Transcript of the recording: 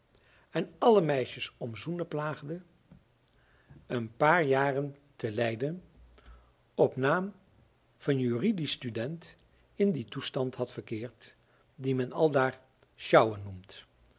en alle meisjes om zoenen plaagde een paar jaren te leiden op naam van jur stud in dien toestand had verkeerd die men aldaar sjouwen noemt